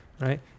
right